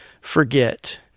forget